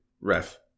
ref